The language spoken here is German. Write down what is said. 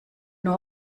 nur